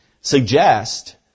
suggest